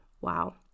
wow